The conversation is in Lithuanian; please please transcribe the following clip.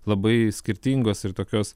labai skirtingos ir tokios